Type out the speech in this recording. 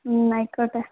ആയിക്കോട്ടെ